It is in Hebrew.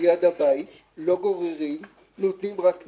ליד הבית, לא גוררים אלא נותנים רק קנס.